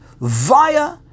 via